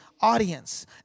audience